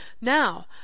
now